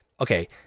Okay